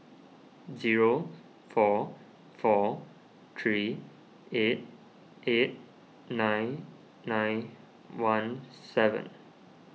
zero four four three eight eight nine nine one seven